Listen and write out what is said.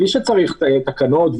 בלי שצריך תקנות,